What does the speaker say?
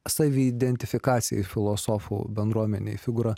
saviidentifikacijai filosofų bendruomenei figūra